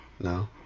No